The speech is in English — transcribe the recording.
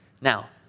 Now